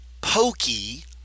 pokey